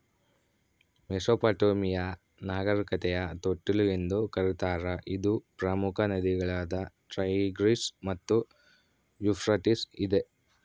Mesopotamia ನಾಗರಿಕತೆಯ ತೊಟ್ಟಿಲು ಎಂದು ಕರೀತಾರ ಇದು ಪ್ರಮುಖ ನದಿಗಳಾದ ಟೈಗ್ರಿಸ್ ಮತ್ತು ಯೂಫ್ರಟಿಸ್ ಇದೆ